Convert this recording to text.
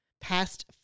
past